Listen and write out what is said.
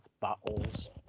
Battles